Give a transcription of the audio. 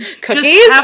Cookies